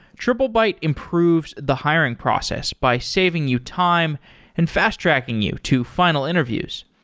triplebyte improves the hiring process by saving you time and fast-tracking you to final interviews.